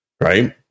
Right